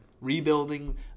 Rebuilding